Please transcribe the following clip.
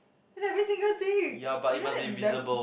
then every single thing isn't that